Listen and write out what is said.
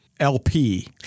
LP